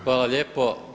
Hvala lijepo.